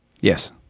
Yes